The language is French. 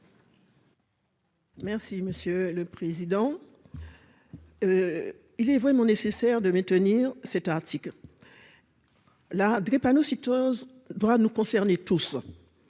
Merci monsieur le président, il est vraiment nécessaire de maintenir cet article la drépanocytose doit nous concerner tous